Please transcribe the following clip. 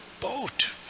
boat